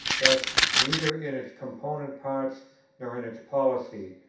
thus, neither in its component parts nor in its policy,